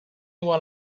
when